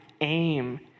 aim